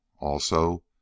Also